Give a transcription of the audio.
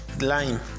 lime